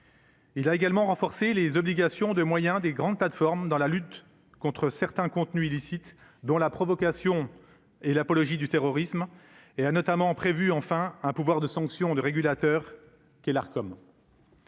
Il a également renforcer les obligations de moyens des grandes plateformes dans la lutte contre certains contenus illicites dans la provocation et l'apologie du terrorisme, et a notamment prévu, enfin un pouvoir de sanction de régulateur qui est l'art